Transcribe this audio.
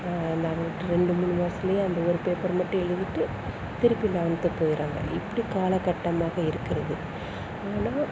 ந ரெண்டு மூணு வருடத்தில் அந்த ஒரு பேப்பர் மட்டும் எழுதிட்டு திருப்பியும் லெவன்த்து போயிடுறாங்க இப்படி காலக்கட்டமாக இருக்கிறது ஆனால்